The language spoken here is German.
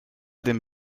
dem